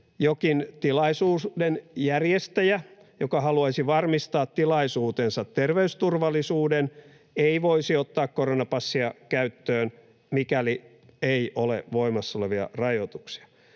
jokin tilaisuuden järjestäjä, joka haluaisi varmistaa tilaisuutensa terveysturvallisuuden, ei voisi ottaa koronapassia käyttöön, mikäli ei ole voimassa olevia rajoituksia.